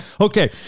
okay